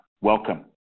Welcome